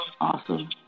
Awesome